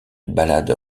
ballade